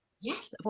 Yes